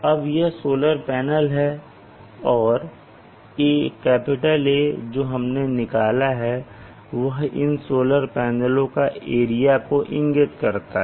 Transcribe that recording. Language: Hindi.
अब ये सोलर पैनल हैं और A जो हमने निकाला है वह इन सोलर पैनलों के एरिया को इंगित करता है